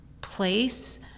place